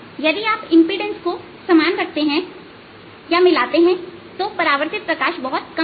यदि आप इंपीडेंस को समान रखते हैं या मिलाते हैं तो परावर्तित प्रकाश बहुत कम होगा